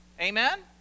amen